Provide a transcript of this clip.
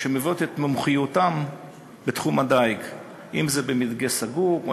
שמביאות את מומחיותם בתחום הדיג במדגה סגור או